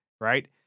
right